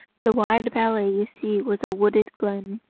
the wide valley you see was a wooded glen.